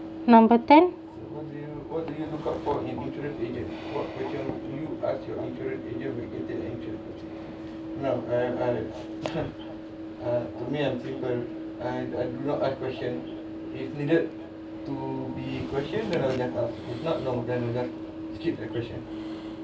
number ten